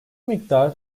miktar